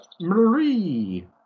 Marie